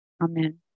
Amen